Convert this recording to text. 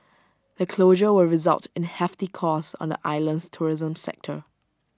the closure will result in hefty costs on the island's tourism sector